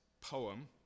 poem